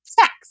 sex